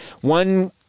One